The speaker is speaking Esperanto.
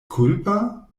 kulpa